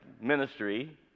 ministry